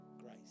Grace